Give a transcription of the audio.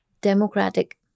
democratic